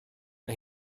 mae